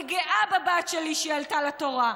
אני גאה בבת שלי, שעלתה לתורה.